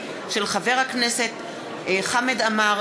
חברי כנסת בעד, אין מתנגדים, אין נמנעים.